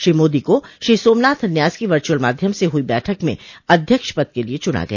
श्री मोदी को श्री सोमनाथ न्यास की वर्चुअल माध्यम से हुई बैठक में अध्यक्ष पद के लिए चुना गया